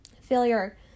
failure